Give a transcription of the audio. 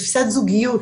תפיסת זוגיות,